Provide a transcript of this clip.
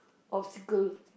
obstacle